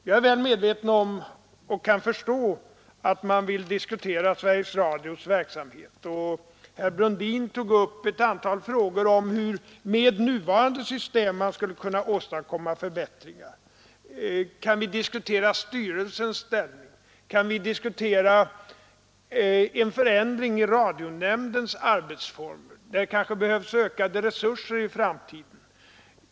Jag är väl medveten om — och kan förstå — att man vill diskutera Sveriges Radios verksamhet. Herr Brundin tog upp ett antal frågor om hur man med nuvarande system skulle kunna åstadkomma förbättringar. Kan vi diskutera styrelsens ställning? Kan vi diskutera en förändring i radionämndens arbetsformer? Det kanske behövs ökade resurser i framtiden?